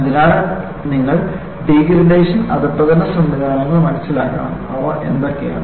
അതിനാൽ നിങ്ങൾ ഡിഗ്രഡഷൻ അധപതന സംവിധാനങ്ങൾ മനസിലാക്കണം അവ എന്തൊക്കെയാണ്